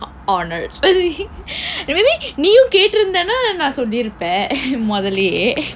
honoured maybe நீயும் கேட்டிருந்தா நான் சொல்லியிருப்பேன் முதலையே:niiyum keetdirundthaa naan solliruppeen muthalaiyee